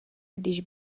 když